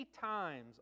times